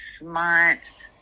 months